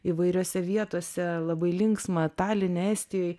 įvairiose vietose labai linksma taline estijoj